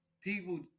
people